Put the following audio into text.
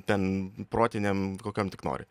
ten protinėm kokiom tik nori